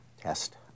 test